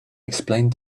explained